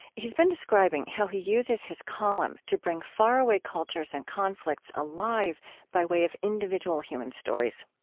he's been describing how he uses his column to bring faraway cultures and conflicts alive by way of individual human stories.